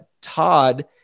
Todd